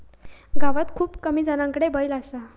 गावात खूप कमी जणांकडे बैल असा